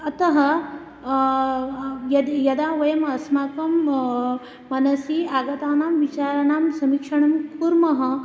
अतः यद् यदा वयम् अस्माकं मनसि आगतानां विचाराणां समीक्षणं कुर्मः